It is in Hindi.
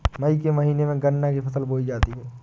मई के महीने में गन्ना की फसल बोई जाती है